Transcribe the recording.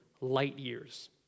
light-years